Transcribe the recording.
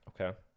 Okay